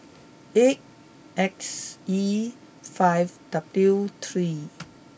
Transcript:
eight X E five W three